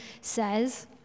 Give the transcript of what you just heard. says